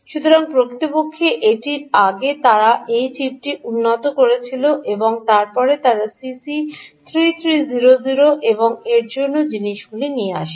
সুতরাং প্রকৃতপক্ষে এটির আগে তারা এই চিপটি উন্নত করেছিল এবং তারপরে তারা সিসি 3300 এবং এর মতো জিনিসগুলি নিয়ে আসে